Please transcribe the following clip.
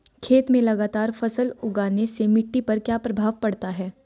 खेत में लगातार फसल उगाने से मिट्टी पर क्या प्रभाव पड़ता है?